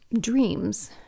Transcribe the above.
dreams